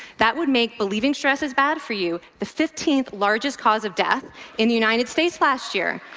that would make believing stress is bad for you the fifteenth largest cause of death in the united states last year,